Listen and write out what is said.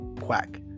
quack